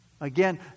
Again